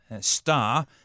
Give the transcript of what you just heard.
star